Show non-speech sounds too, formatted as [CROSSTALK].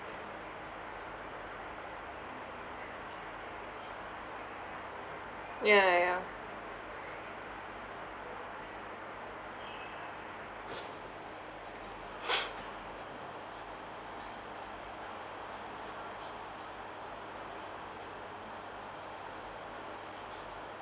ya ya ya [NOISE]